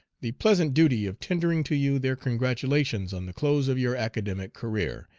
the pleasant duty of tendering to you their congratulations on the close of your academic career,